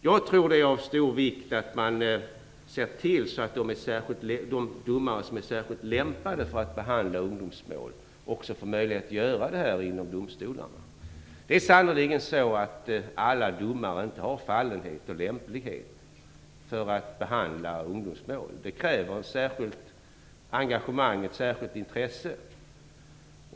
Jag tror att det är av stor vikt att man ser till att de domare som är särskilt lämpade för att behandla ungdomsmål också får möjlighet att göra det här inom domstolarna. Alla domare har sannerligen inte fallenhet och lämplighet att behandla ungdomsmål, vilka kräver ett särskilt engagemang och intresse.